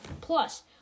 plus